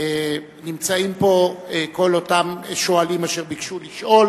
נמצאים פה כל אותם שואלים אשר ביקשו לשאול